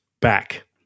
back